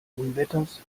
unwetters